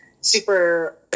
super